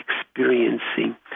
experiencing